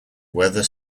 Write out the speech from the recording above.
weather